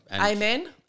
Amen